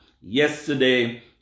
Yesterday